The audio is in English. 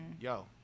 yo